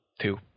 two